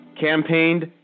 campaigned